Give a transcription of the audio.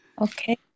Okay